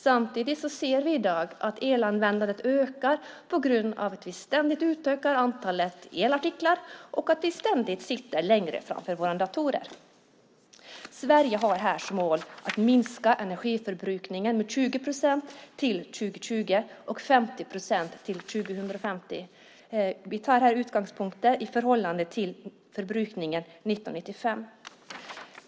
Samtidigt ser vi i dag att elanvändandet ökar på grund av att vi ständigt utökar antalet elartiklar och att vi ständigt sitter längre framför våra datorer. Sverige har här som mål att minska energiförbrukningen med 20 procent till 2020 och 50 procent till 2050. Vi tar här utgångspunkt i förbrukningen 1995.